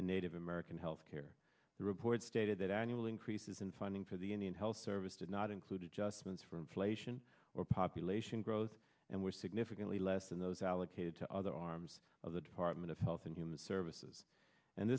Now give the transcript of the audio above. in native american health care the report stated that annual increases in funding for the and health service did not include adjustments for inflation or population growth and were significantly less than those allocated to other arms of the department of health and human services and